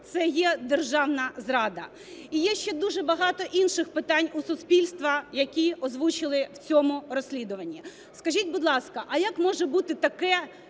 це є державна зрада. І є ще дуже багато інших питань у суспільства, які озвучили в цьому розслідуванні. Скажіть, будь ласка, а як може бути таке,